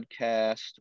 podcast